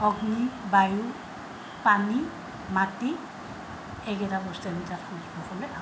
অগ্নি বায়ু পানী মাটি এইকেইটা বস্তুৱে